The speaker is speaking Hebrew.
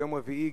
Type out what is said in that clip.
ביום רביעי,